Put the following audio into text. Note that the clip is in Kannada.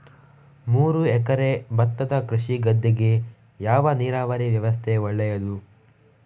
ಮೂರು ಎಕರೆ ಭತ್ತದ ಕೃಷಿಯ ಗದ್ದೆಗೆ ಯಾವ ನೀರಾವರಿ ವ್ಯವಸ್ಥೆ ಒಳ್ಳೆಯದು?